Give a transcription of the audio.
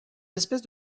espèces